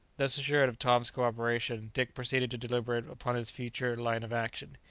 thus assured of tom's co-operation, dick proceeded to deliberate upon his future line of action.